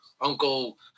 Uncle